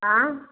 हाँ